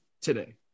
today